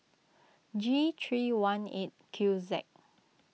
G three one eight Q Z